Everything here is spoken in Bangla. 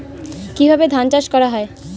কিভাবে ধান চাষ করা হয়?